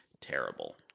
terrible